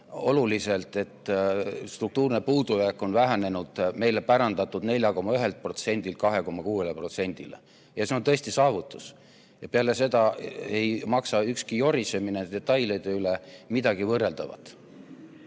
oluliselt paranenud, struktuurne puudujääk on vähenenud meile pärandatud 4,1%-lt 2,6%-le. Ja see on tõesti saavutus. Peale seda ei maksa ükski jorisemine detailide üle [ega ole] midagi võrreldavat.